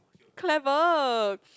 clever